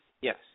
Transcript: Yes